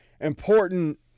important